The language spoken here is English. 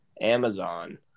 Amazon